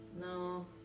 No